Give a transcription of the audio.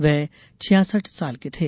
वे छियासठ साल के थे